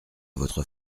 votre